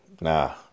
nah